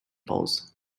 polls